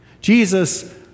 Jesus